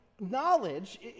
knowledge